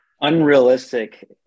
unrealistic